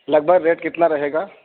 لگ بھگ ریٹ کتنا رہے گا